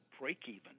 break-even